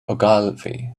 ogilvy